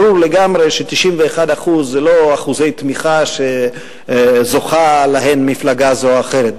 ברור לגמרי ש-91% הם לא אחוזי תמיכה שזוכה להן מפלגה זו אחרת.